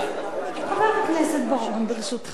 חבר הכנסת בר-און, ברשותך.